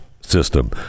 system